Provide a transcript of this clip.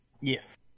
Yes